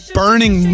burning